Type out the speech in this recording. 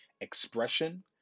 expression